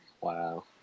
Wow